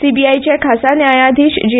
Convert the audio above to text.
सीबीआयचे खासा न्यायाधीश जे